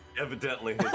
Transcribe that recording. Evidently